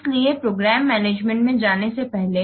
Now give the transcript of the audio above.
इसलिए programme management में जाने से पहले